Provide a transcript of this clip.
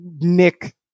nick